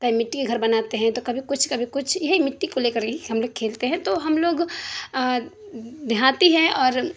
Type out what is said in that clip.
کہیں مٹی کا گھر بناتے ہیں تو کبھی کچھ کبھی کچھ یہی مٹی کو لے کر کے ہم لوگ کھیلتے ہیں تو ہم لوگ دیہاتی ہیں اور